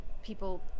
People